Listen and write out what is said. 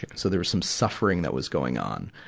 so there was some suffering that was going on.